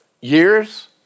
Years